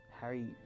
Harry